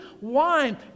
wine